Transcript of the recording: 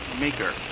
maker